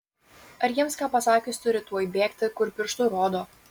ar jiems ką pasakius turi tuoj bėgti kur pirštu rodo